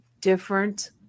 different